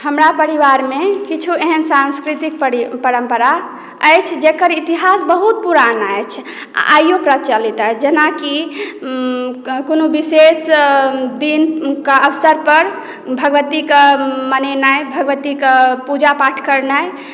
हमरा परिवारमे किछो एहन सांस्कृतिक परम्परा अछि जेकर इतिहास बहुत पुराना अछि आ आइयो प्रचलति अछि जेनाकि कोनो विशेष दिनका अवसर पर भगवतीके मनेनाइ भगवतीके पूजा पाठ करनाइ